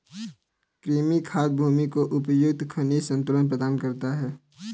कृमि खाद भूमि को उपयुक्त खनिज संतुलन प्रदान करता है